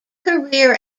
career